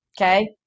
Okay